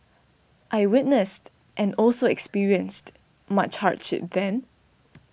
I witnessed and also experienced much hardship then